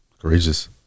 Courageous